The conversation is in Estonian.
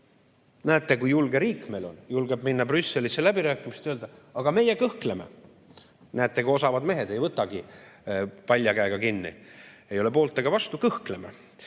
Näete, kui julge riik meil on, julgeb minna Brüsselisse läbirääkimistele ja öelda: aga meie kõhkleme. Näete, kui osavad mehed, ei võtagi palja käega kinni, ei ole poolt ega vastu, kõhkleme.